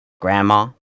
grandma